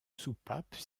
soupape